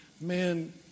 man